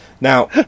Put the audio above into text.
Now